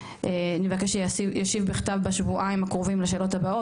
לבנק ישראל אני אבקש שישיב בכתב בשבועיים הקרובים לשאלות הבאות,